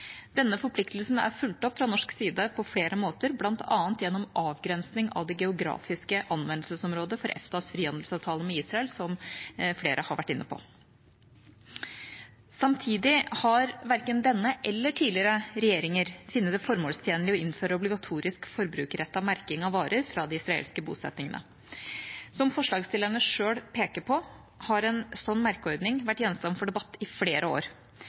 Denne forpliktelsen er fulgt opp fra norsk side på flere måter, bl.a. gjennom avgrensning av det geografiske anvendelsesområdet for EFTAs frihandelsavtale med Israel, som flere har vært inne på. Samtidig har verken denne eller tidligere regjeringer funnet det formålstjenlig å innføre obligatorisk forbrukerrettet merking av varer fra de israelske bosettingene. Som forslagsstillerne sjøl peker på, har en sånn merkeordning vært gjenstand for debatt i flere år.